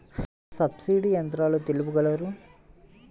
Subsidy యంత్రాలు తెలుపగలరు?